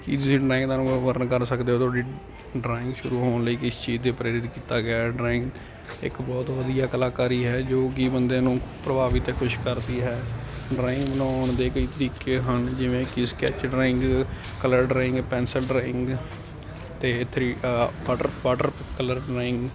ਕੀ ਤੁਸੀਂ ਡਰਾਇੰਗ ਦਾ ਅਨੁਭਵ ਵਰਨਣ ਕਰ ਸਕਦੇ ਹੋ ਤੁਹਾਡੀ ਡਰਾਇੰਗ ਸ਼ੁਰੂ ਹੋਣ ਲਈ ਕਿਸ ਚੀਜ਼ ਦੇ ਪ੍ਰੇਰਿਤ ਕੀਤਾ ਗਿਆ ਡਰਾਇੰਗ ਇੱਕ ਬਹੁਤ ਵਧੀਆ ਕਲਾਕਾਰੀ ਹੈ ਜੋ ਕਿ ਬੰਦੇ ਨੂੰ ਪ੍ਰਭਾਵਿਤ ਅਤੇ ਖੁਸ਼ ਕਰਦੀ ਹੈ ਡਰਾਇੰਗ ਬਣਾਉਣ ਦੇ ਕਈ ਤਰੀਕੇ ਹਨ ਜਿਵੇਂ ਕਿ sketched drawing colour drawing pencil drawing ਅਤੇ ਥ੍ਰੀ ਅਤੇ ਵਾਟਰ ਵਾਟਰ ਕਲਰ ਡਰਾਇੰਗ